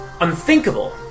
unthinkable